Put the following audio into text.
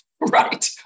Right